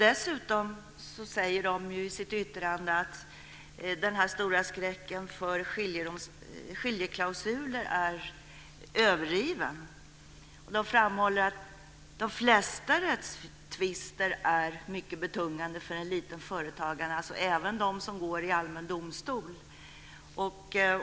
Dessutom säger man i sitt yttrande att den stora skräcken för skiljeklausuler är överdriven. Man framhåller att de flesta rättstvister är mycket betungande för en liten företagare, alltså även de som går i allmän domstol.